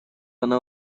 она